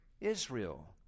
Israel